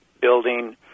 building